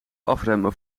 afremmen